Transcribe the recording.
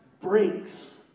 breaks